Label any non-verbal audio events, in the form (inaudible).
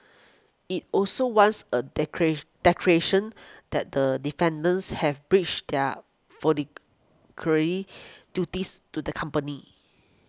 it also wants a (unintelligible) declaration that the defendants have breached their (unintelligible) duties to the company